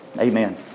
Amen